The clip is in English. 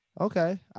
Okay